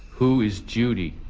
who is judy?